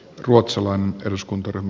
värderade talman